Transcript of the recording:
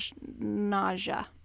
nausea